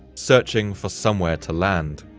searching for somewhere to land.